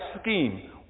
scheme